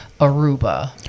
Aruba